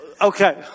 Okay